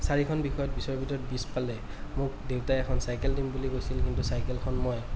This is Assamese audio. চাৰিখন বিষয়ত বিছৰ ভিতৰত বিছ পালে মোক দেউতাই এখন চাইকেল দিম বুলি কৈছিল কিন্তু চাইকেলখন মই